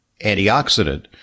antioxidant